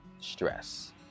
stress